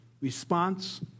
Response